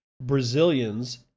Brazilians